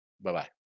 Bye-bye